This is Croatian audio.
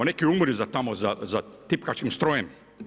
Neki umru tamo za tipkačkim strojem.